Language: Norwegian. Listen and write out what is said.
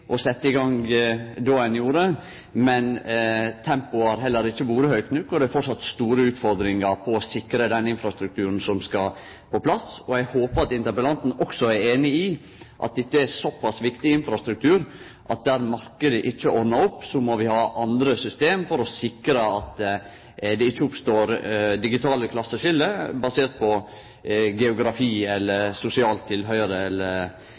i gong då ein gjorde, men tempoet har heller ikkje vore høgt nok, og det er framleis store utfordringar med å sikre den infrastrukturen som skal på plass. Eg håpar interpellanten òg er einig i at dette er såpass viktig infrastruktur at der marknaden ikkje ordnar opp, må vi ha andre system for å sikre at det ikkje oppstår digitale klasseskilje baserte på geografi eller sosialt tilhøyr eller